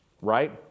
right